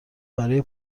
برای